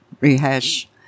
rehash